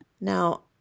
Now